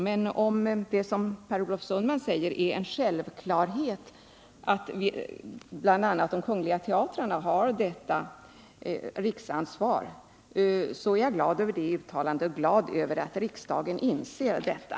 Men om det är som Per Olof Sundman säger, nämligen en självklarhet att bl.a. de kungliga teatrarna har detta riksansvar, så gläder det mig liksom det gläder mig att riksdagen inser detta.